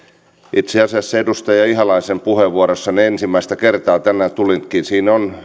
itse asiassa edustaja ihalaisen puheenvuorossa ensimmäistä kertaa tänään tuli että siinä on